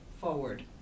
forward